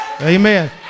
Amen